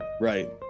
Right